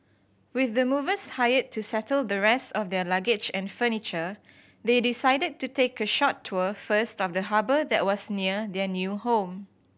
with the movers hired to settle the rest of their luggage and furniture they decided to take a short tour first of the harbour that was near their new home